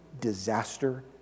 disaster